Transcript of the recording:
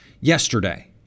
yesterday